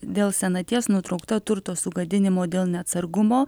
dėl senaties nutraukta turto sugadinimo dėl neatsargumo